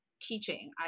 teaching